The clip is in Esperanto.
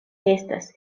estas